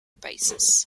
basis